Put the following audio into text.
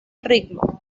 ritmo